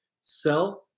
self